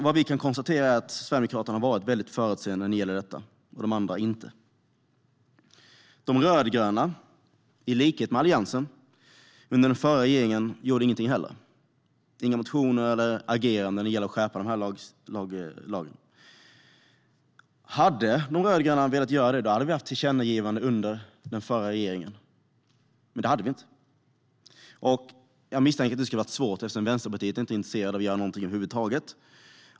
Vad vi kan konstatera är att Sverigedemokraterna har varit väldigt förutseende när det gäller detta, och det har inte de andra partierna. De rödgröna gjorde i likhet med Alliansen heller ingenting under den förra regeringen. Det var inte några motioner eller något agerande för att skärpa lagen. Hade de rödgröna velat göra det så hade vi haft ett tillkännagivande under den förra regeringen, men det hade vi inte. Jag misstänker att det hade varit svårt, eftersom Vänsterpartiet inte är intresserat av att göra något över huvud taget.